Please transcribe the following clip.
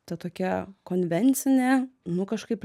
ta tokia konvencinė nu kažkaip